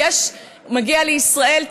מגיע לישראל,